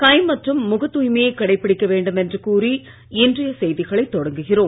கை மற்றும் முகத் தூய்மையை கடைபிடிக்க வேண்டும் என்று கூறி இன்றைய செய்திகளை தொடங்குகிறோம்